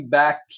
back